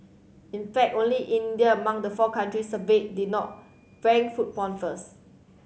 in fact only India among the four country surveyed did not rank food porn first